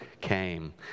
came